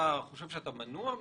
אתה חושב שאתה מנוע?